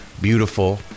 beautiful